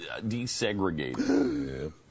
desegregated